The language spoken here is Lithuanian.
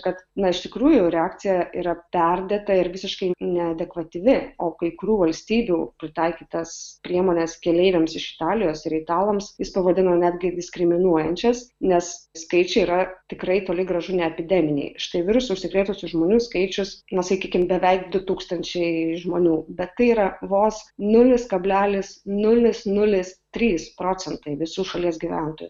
kad na iš tikrųjų reakcija yra perdėta ir visiškai neadekvatyvi o kai kurių valstybių pritaikytas priemones keleiviams iš italijos ir italams jis pavadino netgi diskriminuojančias nes skaičiai yra tikrai toli gražu ne epideminiai štai virusu užsikrėtusių žmonių skaičius na sakykim beveik du tūkstančiai žmonių bet kai yra vos nulis kablelis nulis nulis trys procentai visų šalies gyventojų